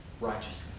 Righteousness